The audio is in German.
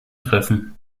treffen